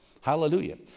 Hallelujah